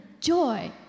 joy